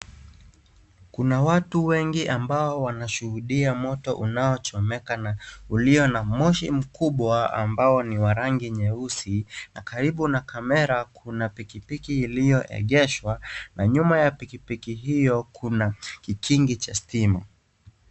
Kuna watu wengi ambao wanashuhudia moto unaochomeka na ulio na moshi mkubwa ambao ni wa rangi nyeusi. Karibu na kamera kuna pikipiki iliyoengeshwa na nyuma ya pikipiki hiyo kuna kikingi cha stima.